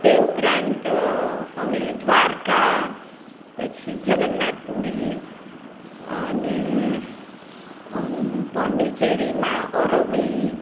તે ઉપરાંત અમે દ્વારકા પછી જગન્નાથપુરી અને પોન્ડિચેરીમાં ઓરોવેલ